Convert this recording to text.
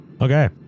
Okay